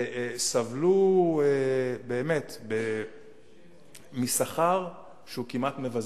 סבלו באמת משכר שהוא כמעט מבזה.